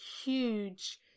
huge